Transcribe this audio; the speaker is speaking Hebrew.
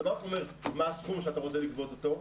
אתה לא רק אומר מה הסכום שאתה רוצה לגבות אותו,